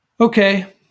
Okay